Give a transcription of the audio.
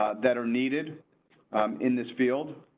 ah that are needed in this field.